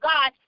God